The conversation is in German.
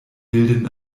bilden